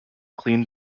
clean